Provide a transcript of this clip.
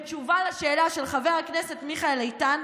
בתשובה לשאלה של חבר הכנסת מיכאל איתן: